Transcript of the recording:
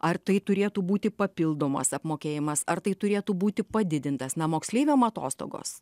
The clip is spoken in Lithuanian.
ar tai turėtų būti papildomas apmokėjimas ar tai turėtų būti padidintas na moksleiviam atostogos